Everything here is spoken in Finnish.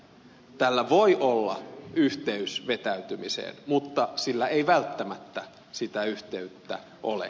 tällä voi olla yhteys vetäytymiseen mutta sillä ei välttämättä sitä yhteyttä ole